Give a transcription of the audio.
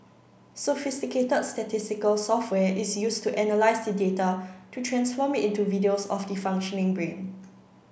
sophisticated statistical software is used to analyse the data to transform it into videos of the functioning brain